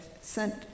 sent